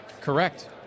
Correct